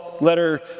letter